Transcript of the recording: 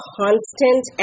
constant